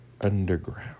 underground